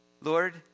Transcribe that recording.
Lord